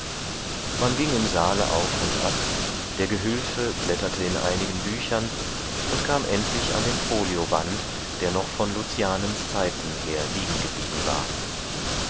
man ging im saale auf und ab der gehülfe blätterte in einigen büchern und kam endlich an den folioband der noch von lucianens zeiten her liegengeblieben war